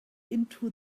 into